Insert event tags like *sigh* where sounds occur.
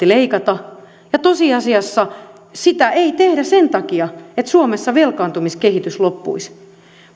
*unintelligible* leikata ja jossa tosiasiassa sitä ei tehdä sen takia että suomessa velkaantumiskehitys loppuisi